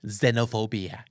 xenophobia